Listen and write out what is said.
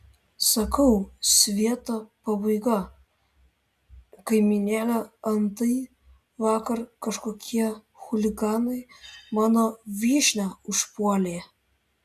sakau svieto pabaiga kaimynėle antai vakar kažkokie chuliganai mano vyšnią užpuolė